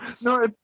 no